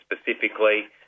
specifically